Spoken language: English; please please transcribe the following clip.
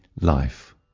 life